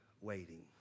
waiting